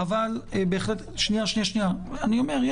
אני מסביר את מהות החוק.